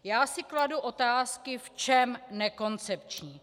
Já si kladu otázky v čem nekoncepční.